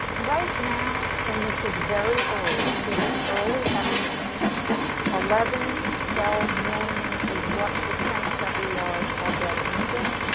right now, and this is very early, just early estimates eleven to twelve million is what the sense that. we are are getting in again.